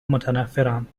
متنفرم